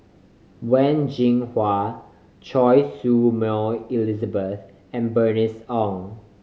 Wen Jinhua Choy Su Moi Elizabeth and Bernice Ong